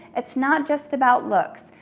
it's not just about looks.